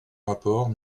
rapport